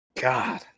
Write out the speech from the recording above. God